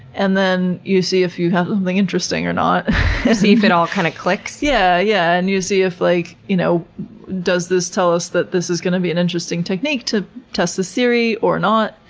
and then you see if you have something interesting or not. to see if it all, kind of, clicks? yeah, yeah and you see if, like, you know does this tell us that this is going to be an interesting technique to test this theory, or not?